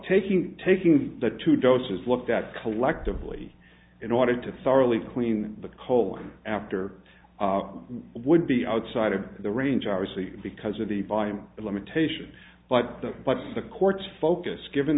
taking taking the two doses looked at collectively in order to thoroughly clean the colon after would be outside of the range obviously because of the by the limitation by but the courts focus given